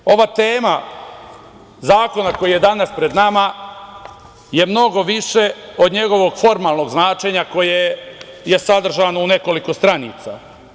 Naime, ova tema zakona koji je danas pred nama je mnogo više od njegovog formalnog značenja koje je sadržano u nekoliko stranica.